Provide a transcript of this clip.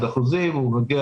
הוא מגיע